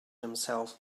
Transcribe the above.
himself